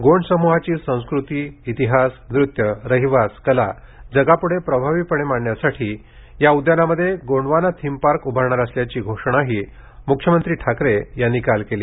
गोंडसम्हाची संस्कृती इतिहास नृत्य रहिवास कला जगापुढे प्रभावीपणे मांडण्यासाठी या उद्यानामध्ये गोंडवाना थीम पार्क उआरणार असल्याची घोषणाही म्ख्यमंत्री ठाकरे यांनी काल केली